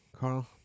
carl